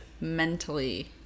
mentally